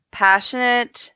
passionate